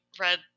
read